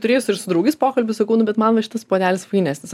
turėjus ir su draugais pokalbių sakau nu bet man va šitas puodelis fainesnis